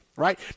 right